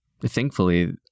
thankfully